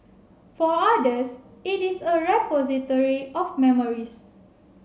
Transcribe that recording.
for others it is a repository of memories